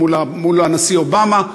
מול הנשיא אובמה,